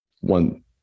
one